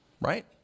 right